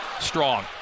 Strong